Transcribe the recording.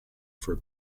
for